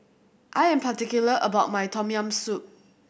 I am particular about my Tom Yam Soup